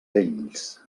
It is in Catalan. vells